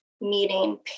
meeting